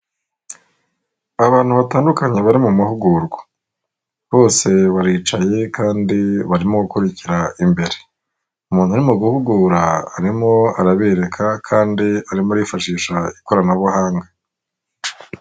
Abantu batandukanye bari mu mahugurwa bose baricaye kandi barimo gukurikira imbere, umuntu arimo guhugura arimo arabereka kandi arimo arifashisha ikoranabuhanga.